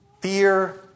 Fear